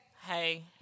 Hey